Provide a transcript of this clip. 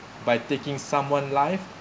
by taking someone life